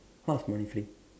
how is money free